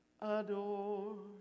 adore